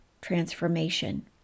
transformation